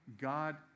God